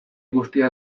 guztia